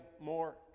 more